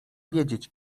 wiedzieć